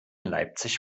leipzig